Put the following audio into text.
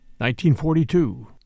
1942